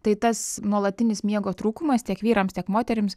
tai tas nuolatinis miego trūkumas tiek vyrams tiek moterims